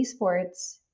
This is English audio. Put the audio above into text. esports